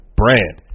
brand